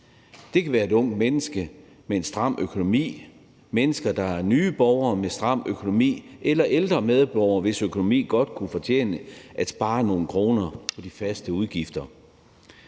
Det kan være et ungt menneske med en stram økonomi, et menneske, der er ny borger med stram økonomi, eller en ældre medborger, hvis økonomi godt kunne fortjene, at man sparede nogle kroner på de faste udgifter.